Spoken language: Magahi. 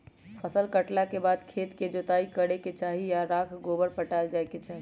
फसल काटला के बाद खेत के जोताइ करे के चाही आऽ राख गोबर पटायल जाय के चाही